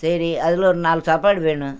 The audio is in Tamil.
சரி அதில் ஒரு நாலு சாப்பாடு வேணும்